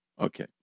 okay